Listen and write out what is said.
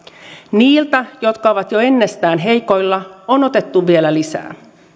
niiltä jotka ovat jo ennestään heikoilla on otettu vielä lisää